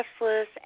restless